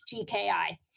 GKI